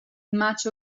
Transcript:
much